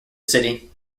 city